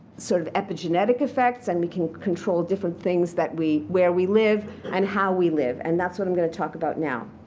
sort of epigenetic effects. and we can control different things that where we live and how we live. and that's what i'm going to talk about now.